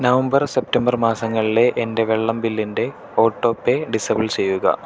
November September മാസങ്ങളിലെ എൻ്റെ വെള്ളം ബില്ലിൻ്റെ ഓട്ടോ പേ ഡിസേബിൾ ചെയ്യുക